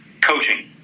coaching